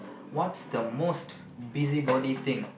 what's the most busybody thing